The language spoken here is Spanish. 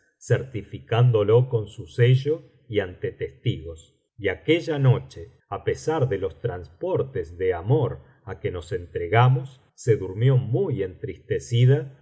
certificándolo oon su sello y ante testigos y aquella noche á pesar de los transportes de amor á que nos entregamos se durmió muy entristecida por